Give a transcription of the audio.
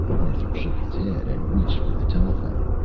arthur shook his head and reached for the telephone.